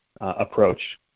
approach